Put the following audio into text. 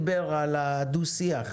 למה ביקשתי שתדברי עכשיו,